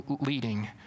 leading